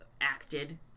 acted